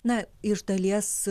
na iš dalies